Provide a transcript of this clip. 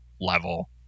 level